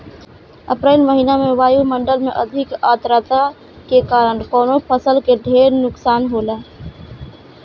अप्रैल महिना में वायु मंडल में अधिक आद्रता के कारण कवने फसल क ढेर नुकसान होला?